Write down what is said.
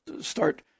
start